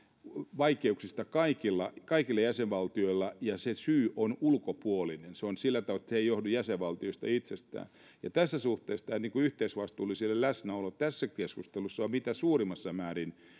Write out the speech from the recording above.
vaikeuksista kaikilla jäsenvaltioilla ja se syy on ulkopuolinen se on sillä tavalla että se ei johdu jäsenvaltioista itsestään ja tässä suhteessa tämä yhteisvastuullisuuden läsnäolo tässä keskustelussa on mitä suurimmassa määrin